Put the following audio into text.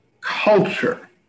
culture